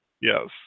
Yes